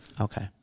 Okay